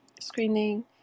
screening